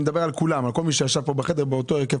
אני מדבר על כל מי שישב פה בחדר באותו הרכב